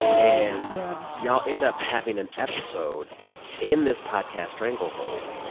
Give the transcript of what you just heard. and yeah y'all end up having an episode in this podcast, stranglehold,